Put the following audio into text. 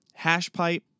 Hashpipe